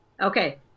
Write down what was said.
Okay